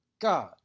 God